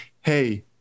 Hey